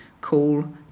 call